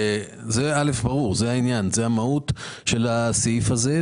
זה ברור, זה המהות של הסעיף הזה.